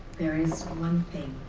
there is one thing